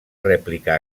rèplica